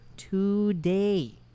today